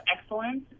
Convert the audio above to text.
excellence